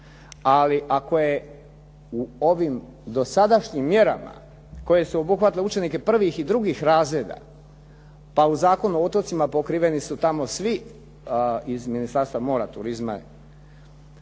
ali ako je u ovim dosadašnjim mjerama koje su obuhvatile učenike prvih i drugih razreda pa u Zakonu o otocima pokriveni su svi iz Ministarstvo mora i turizma,